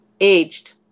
aged